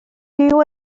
byw